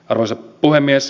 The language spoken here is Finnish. arvoisa puhemies